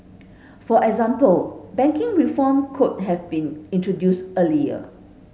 for example banking reform could have been introduced earlier